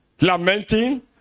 lamenting